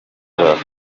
zabo